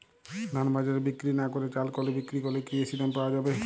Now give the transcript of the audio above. ধান বাজারে বিক্রি না করে চাল কলে বিক্রি করলে কি বেশী দাম পাওয়া যাবে?